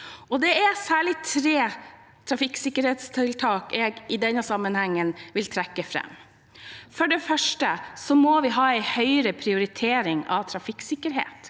Det er særlig tre trafikksikkerhetstiltak jeg i denne sammenhengen vil trekke fram. For det første må vi ha en høyere prioritering av trafikksikkerhet.